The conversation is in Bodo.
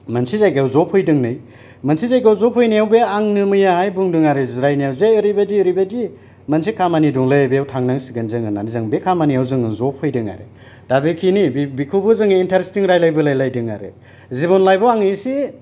मोनसे जायगायाव ज' फैदोंनै मोनसे जायगायाव ज' फैनायाव बे आंनो मैयाहाय बुंदों आरो मैया जिरायनायाव जे ओरैबादि ओरैबादि मोनसे खामानि दंलै बेयाव थांनांसिगोन जोङो होननानै जों बे खामानियाव जोङो ज' फैदों आरो दा बेखिनि बेखौबो जोङो इन्टारेस्टिं रायलायबोलाय लायदों आरो जिबन लाइफ आव आं एसे